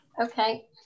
Okay